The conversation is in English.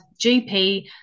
GP